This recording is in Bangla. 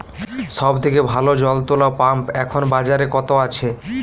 সব থেকে ভালো জল তোলা পাম্প এখন বাজারে কত আছে?